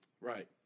Right